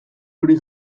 hori